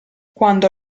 quando